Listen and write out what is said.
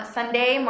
Sunday